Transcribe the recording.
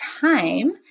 time